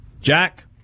Jack